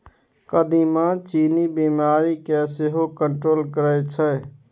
कदीमा चीन्नी बीमारी केँ सेहो कंट्रोल करय छै